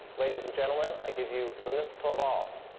ladies and gentlemen, i give you, linus torvalds.